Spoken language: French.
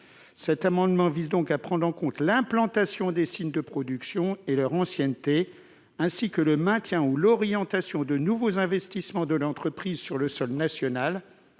Cet amendement vise donc à prendre en compte l'implantation des sites de production et leur ancienneté, ainsi que le maintien ou l'orientation de nouveaux investissements de l'entreprise sur le sol national,